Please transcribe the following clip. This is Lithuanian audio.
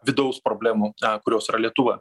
vidaus problemų kurios yra lietuva